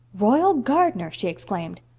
royal gardner! she exclaimed.